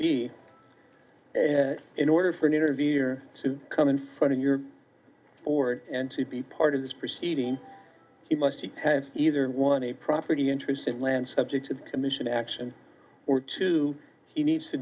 b in order for an interview year to come in front of your board and to be part of this proceeding he must have either one a property interest in land subject of commission action or two he needs to